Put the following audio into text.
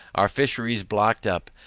our fisheries blocked up,